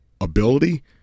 ability